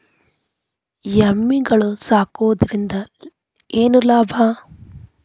ಎಮ್ಮಿಗಳು ಸಾಕುವುದರಿಂದ ಏನು ಲಾಭ?